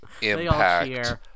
impact